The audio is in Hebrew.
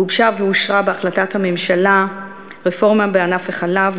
גובשה ואושרה בהחלטת הממשלה רפורמה בענף החלב,